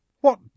What